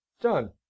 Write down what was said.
done